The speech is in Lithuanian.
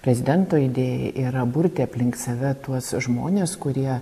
prezidento idėja yra burti aplink save tuos žmones kurie